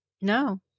No